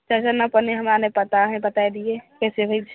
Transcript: हमरा नहि पता अहीँ बताय दिये कैसे होइत छै